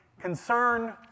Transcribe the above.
concern